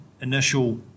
initial